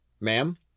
ma'am